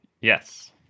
Yes